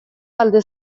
alde